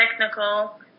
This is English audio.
technical